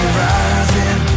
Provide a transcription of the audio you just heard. rising